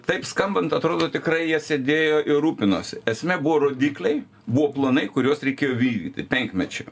taip skambant atrodo tikrai jie sėdėjo ir rūpinosi esmė buvo rodikliai buvo planai kuriuos reikėjo vykdyti penkmečio